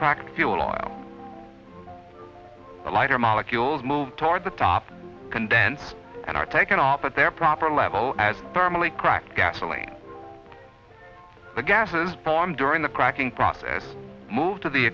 cracked feel on a lighter molecules move toward the top condensed and are taken off at their proper level as thermally cracked gasoline the gases bomb during the cracking process move to the